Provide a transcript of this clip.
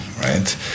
right